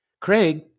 Craig